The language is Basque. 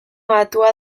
batua